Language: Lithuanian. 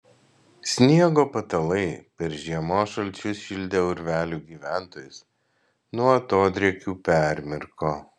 sniego patalai per žiemos šalčius šildę urvelių gyventojus nuo atodrėkių permirko